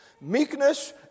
Meekness